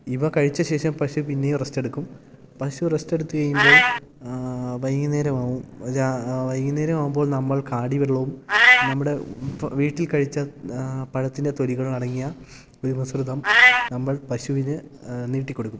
ഇവ കഴിച്ച ശേഷം പശു പിന്നെയും റെസ്റ്റെടുക്കും പശു റെസ്റ്റെടുത്ത് കഴിയുമ്പോൾ വൈകുന്നേരമാകും വൈകുന്നേരമാകുമ്പോൾ നമ്മൾ കാടി വെള്ളവും നമ്മുടെ വീട്ടിൽ കഴിച്ച പഴത്തിൻ്റെ തൊലികളടങ്ങിയ ഒരു മിശ്രിതം നമ്മൾ പശുവിന് നീട്ടിക്കൊടുക്കും